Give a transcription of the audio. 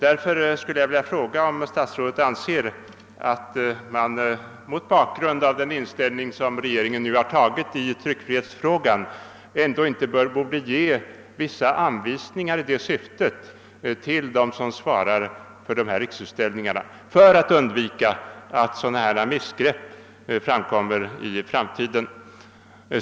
Därför skulle jag vilja fråga om statsrådet anser att man mot bakgrund av det ställningstagande som regeringen nu gjort i tryckfrihetsfrågan ändå inte borde ge vissa anvisningar till dem som svarar för Riksutställningar för att undvika att sådana här missgrepp görs i framtiden.